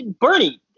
Bernie